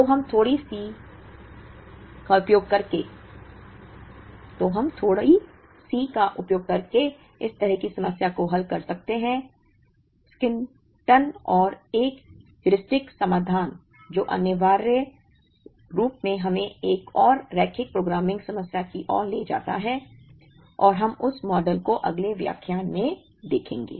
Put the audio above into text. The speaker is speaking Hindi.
तो हम थोड़ी सी का उपयोग करके इस तरह की समस्या को हल करते हैं सन्निकटन और एक हेयुरिस्टिक समाधान जो अनिवार्य रूप से हमें एक और रैखिक प्रोग्रामिंग समस्या की ओर ले जाता है और हम उस मॉडल को अगले व्याख्यान में देखेंगे